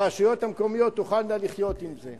הרשויות המקומיות תוכלנה לחיות עם זה.